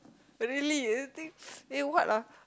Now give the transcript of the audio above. really you think eh what ah